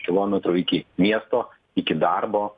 kilometrų iki miesto iki darbo